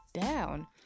down